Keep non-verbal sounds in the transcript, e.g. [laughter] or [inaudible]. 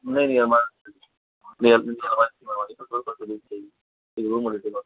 नहीं नहीं हमारा [unintelligible] रूम और एक अटैच बाथरूम